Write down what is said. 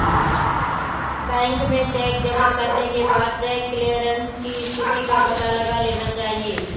bank में cheque जमा करने के बाद चेक क्लेअरन्स की स्थिति का पता लगा लेना चाहिए